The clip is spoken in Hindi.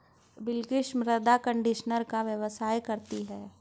बिलकिश मृदा कंडीशनर का व्यवसाय करती है